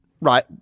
right